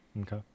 Okay